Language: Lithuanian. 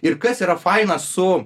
ir kas yra faina su